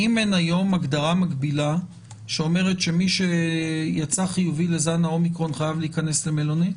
הגדרה מקבילה שאומרת שמי שיצא חיובי לזן האומיקרון חייב להכנס למלונית?